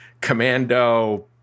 commando